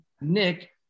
Nick